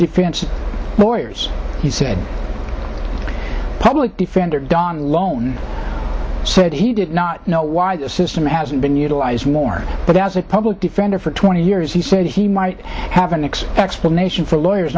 defense lawyers he said public defender don lone said he did not know why the system hasn't been utilized more but as a public defender for twenty years he said he might have an ax explanation for lawyers